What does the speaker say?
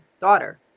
daughter